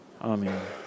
Amen